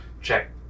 check